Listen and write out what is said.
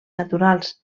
naturals